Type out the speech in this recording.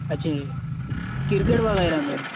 اچھا کرکٹ وغیرہ میں